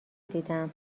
دیدم